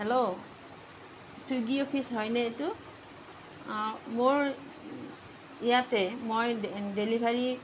hello Swiggy office হয় নে এইটো মোৰ ইয়াতে মই ডেলিভাৰী